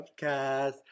Podcast